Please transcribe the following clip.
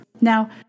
Now